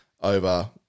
over